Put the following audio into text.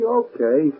okay